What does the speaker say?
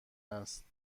است